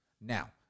Now